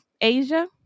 asia